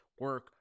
Work